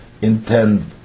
intend